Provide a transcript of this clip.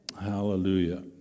Hallelujah